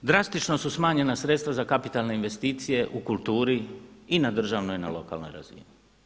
Nadalje, drastično su smanjena sredstva za kapitalne investicije u kulturi i na državnoj i na lokalnoj razini.